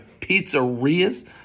pizzerias